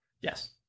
Yes